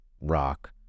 rock